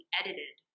edited